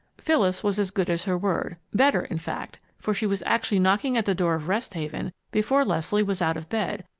phyllis was as good as her word better, in fact, for she was actually knocking at the door of rest haven before leslie was out of bed,